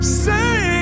say